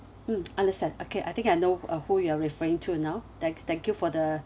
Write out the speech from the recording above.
mm understand okay I think I know uh who you are referring to now thanks thank you for the